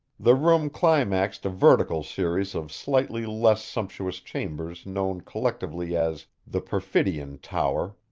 the room climaxed a vertical series of slightly less sumptuous chambers known collectively as the perfidion tower,